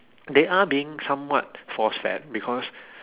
they are being somewhat force fed because